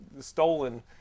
stolen